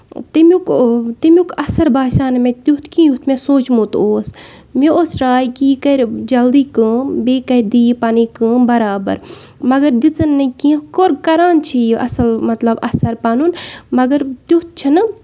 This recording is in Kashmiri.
تَمیُک تَمیُک اَثر باسیٚو نہٕ مےٚ تیُتھ کِہیٖنۍ یُتھ مےٚ سونٛچمُت اوس مےٚ اوس راے کہِ یہِ کرِ جلدی کٲم بیٚیہِ دِ یہِ پَنٕنۍ کٲم برابر مَگر دِژٕنۍ نہٕ کیٚنٛہہ کران چھُ یہِ اَصٕل مطلب اَثر پَنُن مَگر تیُتھ چھُ نہٕ